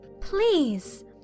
Please